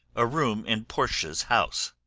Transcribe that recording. a room in portia's house.